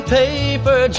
paper